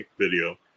video